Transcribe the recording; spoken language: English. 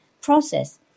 process